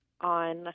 on